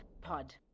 Pod